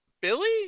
Billy